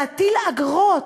להטיל אגרות.